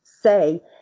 say